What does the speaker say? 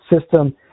system